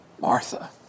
Martha